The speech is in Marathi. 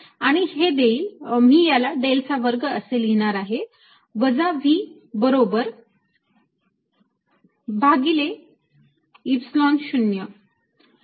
आणि हे देईल मी याला डेल चा वर्ग असे लिहिणार आहे वजा V बरोबर rho r भागिले epsilon 0